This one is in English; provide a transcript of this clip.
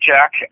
Jack